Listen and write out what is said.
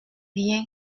rien